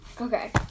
Okay